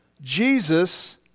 Jesus